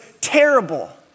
terrible